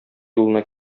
юлына